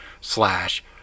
slash